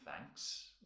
thanks